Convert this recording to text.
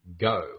go